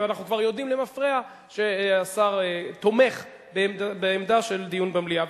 ואנחנו כבר יודעים למפרע שהשר תומך בעמדה של דיון במליאה.